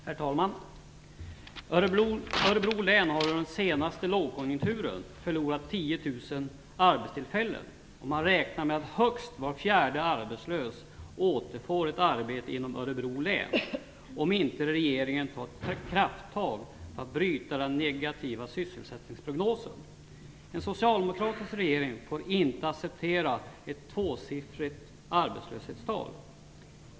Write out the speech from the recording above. Herr talman! Örebro län har under den senaste långkonjunkturen förlorat 10 000 arbetstillfällen, och man räknar med att högst var fjärde arbetslös återfår ett arbete inom Örebro län, om inte regeringen tar krafttag för att bryta den negativa sysselsättningsprognosen. En socialdemokratisk regering får inte acceptera ett tvåsiffrigt arbetslöshetstal.